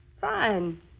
Fine